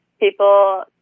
People